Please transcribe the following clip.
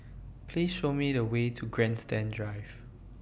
Please Show Me The Way to Grandstand Drive